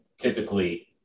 typically